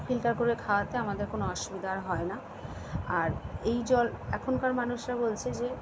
filter করে খাওয়াতে আমাদের কোনো অসুবিধা আর হয় না আর এই জল এখনকার মানুষরা বলছে যে